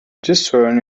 discern